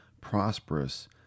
prosperous